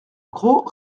gros